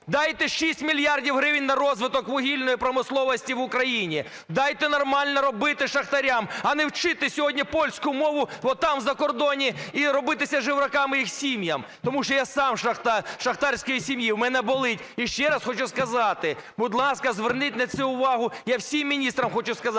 Дайте 6 мільярдів гривень на розвиток вугільної промисловості в Україні. Дайте нормально робити шахтарям, а не вчити сьогодні польську мову отам, за кордоном, і робитися жебраками їм сім'ям. Тому що я сам з шахтарської сім'ї, у мене болить. І ще раз хочу сказати: будь ласка, зверніть на це увагу, я всім міністрам хочу сказати.